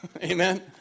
Amen